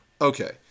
Okay